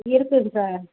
இருக்குது சார்